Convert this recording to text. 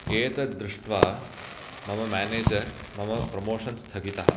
एतद्दृष्ट्वा मम मेनेजर् मम प्रोमोषन् स्थगितः